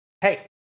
Hey